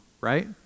right